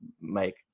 make